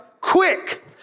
quick